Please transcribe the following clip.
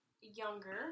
younger